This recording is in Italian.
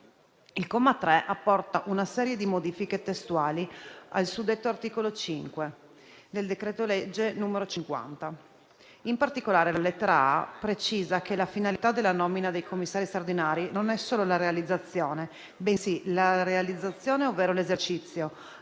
Il comma 3 apporta una serie di modifiche testuali al suddetto articolo 5 del decreto-legge n. 50. In particolare, la lettera *a)* precisa che la finalità della nomina dei Commissari straordinari non è solo la realizzazione, bensì la realizzazione ovvero l'esercizio,